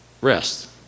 rest